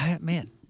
man